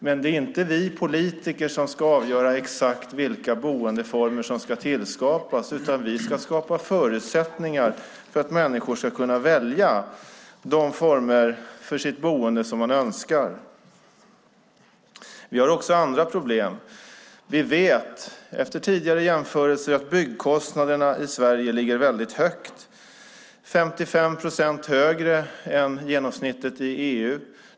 Men det är inte vi politiker som ska avgöra exakt vilka boendeformer som ska tillskapas, utan vi ska skapa förutsättningar för människor att välja de former för sitt boende som man önskar. Vi har också andra problem. Vi vet efter tidigare jämförelser att byggkostnaderna i Sverige ligger väldigt högt, 55 procent högre än genomsnittet i EU.